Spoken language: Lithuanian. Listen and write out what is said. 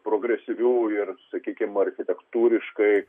progresyvių ir sakykim architektūriškai